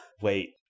Wait